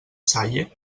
salle